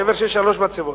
שבר של שלוש מצבות.